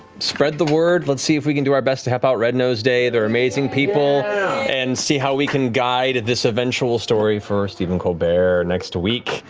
spread the word, let's see if we can do our best to help out red nose day. they're amazing people and see how we can guide this eventual story for stephen colbert next week.